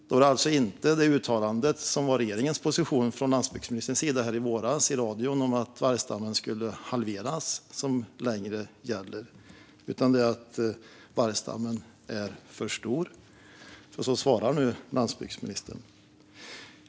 Då är det alltså inte det uttalande som landsbygdsministerns uttryckte var regeringens position i radion i våras, att vargstammen skulle halveras, som gäller längre, utan det är att vargstammen är för stor. Så svarar nu landsbygdsministern.